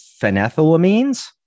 phenethylamines